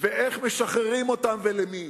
ואיך משחררים אותן ולמי.